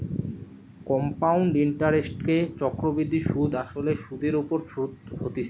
compound ইন্টারেস্টকে চক্রবৃদ্ধি সুধ আসলে সুধের ওপর শুধ হতিছে